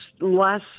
less